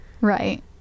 Right